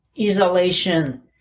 isolation